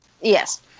Yes